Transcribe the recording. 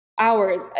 hours